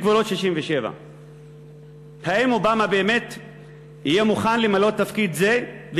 בגבולות 1967. האם אובמה באמת יהיה מוכן למלא תפקיד זה,